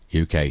UK